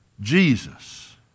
Jesus